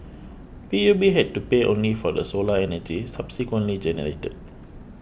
P U B had to pay only for the solar energy subsequently generated